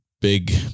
big